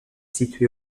situé